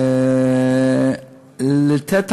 לתת המלצה,